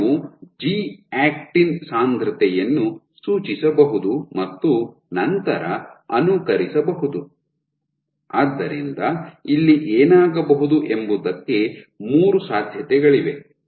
ನೀವು G actin ಸಾಂದ್ರತೆಯನ್ನು ಸೂಚಿಸಬಹುದು ಮತ್ತು ನಂತರ ಅನುಕರಿಸಬಹುದು ಆದ್ದರಿಂದ ಇಲ್ಲಿ ಏನಾಗಬಹುದು ಎಂಬುದಕ್ಕೆ ಮೂರು ಸಾಧ್ಯತೆಗಳಿವೆ